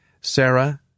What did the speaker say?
Sarah